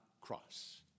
cross